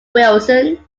wilson